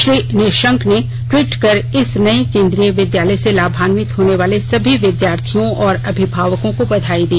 श्री निषंक ने टवीट कर इस नये केंद्रीय विद्यालय से लाभान्वित होने वाले सभी विद्यार्थियों और अभिभावकों को बधाई दी